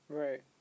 right